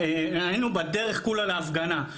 היינו בדרך להפגנה.